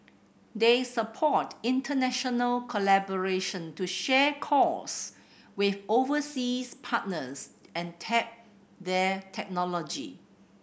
they support international collaboration to share costs with overseas partners and tap their technology